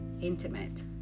intimate